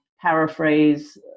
paraphrase